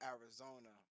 Arizona